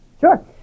Sure